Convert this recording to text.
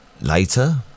later